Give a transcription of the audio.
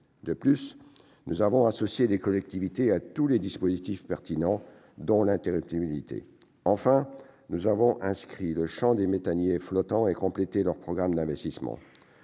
De plus, nous avons associé les collectivités locales à tous les dispositifs pertinents, parmi lesquels figure l'interruptibilité. Enfin, nous avons circonscrit le champ des méthaniers flottants et complété leur programme d'investissements.